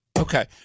Okay